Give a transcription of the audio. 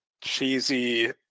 cheesy